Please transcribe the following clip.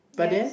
yes